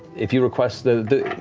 if you request, ah